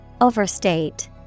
Overstate